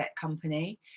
company